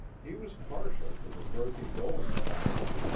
he was partial to the murphy-dolan faction,